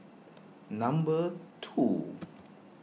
number two